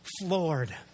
floored